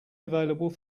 available